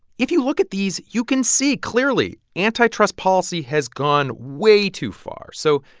if you look at these, you can see clearly antitrust policy has gone way too far. so,